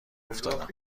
افتادم